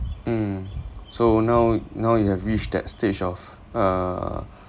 mm so now now you have reached that stage of uh